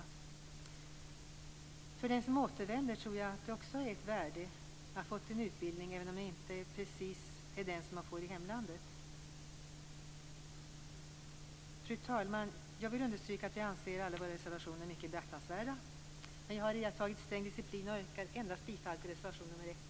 För de som återvänder tror jag också att det har varit värdefullt att ha fått en utbildning, även om den inte är precis densamma som den som man får i hemlandet. Fru talman! Jag vill understryka att vi anser alla våra reservationer mycket beaktansvärda, men jag iakttar sträng disciplin och yrkar bifall endast till reservation nr 1.